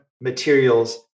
materials